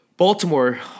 baltimore